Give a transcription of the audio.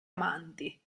amanti